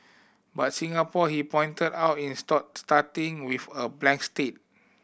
but Singapore he pointed out in starting with a blank state